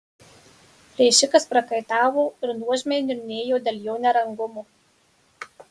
plėšikas prakaitavo ir nuožmiai niurnėjo dėl jo nerangumo